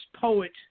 poet